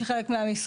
שהיא חלק מהמשרד.